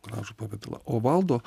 gražų pavidalą o valdo